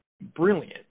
brilliant